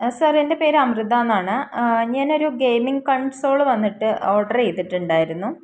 sir എൻ്റെ പേര് അമൃത എന്നാണ് ഞാനൊരു ഗെയിമിംഗ് കൺസോള് വന്നിട്ട് ഓർഡർ ചെയ്തിട്ടുണ്ടായിരുന്നു